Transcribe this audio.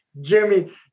Jimmy